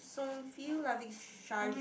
feel loving